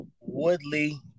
woodley